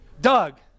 Doug